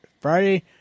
Friday